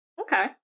Okay